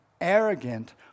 arrogant